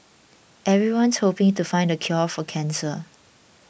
everyone's hoping to find the cure for cancer